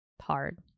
hard